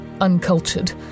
uncultured